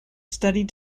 studied